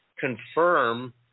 confirm